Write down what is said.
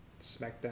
SmackDown